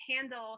handle